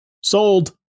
Sold